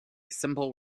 simple